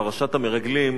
פרשת המרגלים,